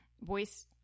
voice